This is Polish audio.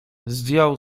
zdjął